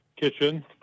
kitchen